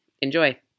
Enjoy